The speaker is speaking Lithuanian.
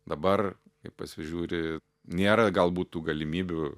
dabar kai pasižiūri nėra galbūt tų galimybių